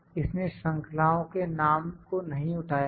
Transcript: इसने श्रृंखलाओ के नाम को नहीं उठाया है